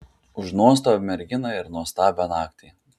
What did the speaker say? už nuostabią merginą ir nuostabią naktį